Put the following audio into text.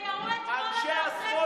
מיקי, אנשי השמאל